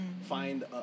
find